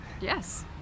yes